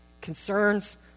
Concerns